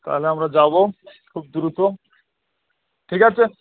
তাহালে আমরা যাবো খুব দ্রুত ঠিক আছে